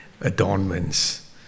adornments